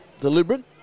deliberate